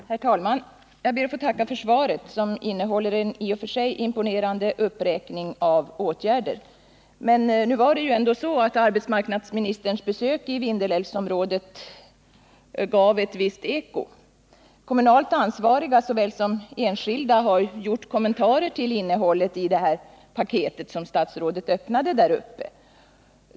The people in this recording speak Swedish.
Herr talman! Jag ber att få tacka statsrådet för svaret på min fråga. Det innehåller en i och för sig imponerande uppräkning av åtgärder. Men nu är det ändå så att arbetsmarknadsministerns besök i Vindelälvsområdet har gett ett visst eko. Kommunalt ansvariga såväl som enskilda har gjort kommentarer till innehållet i det paket som statsrådet öppnade där uppe.